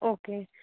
okay